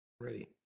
Ready